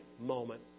moment